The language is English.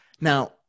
now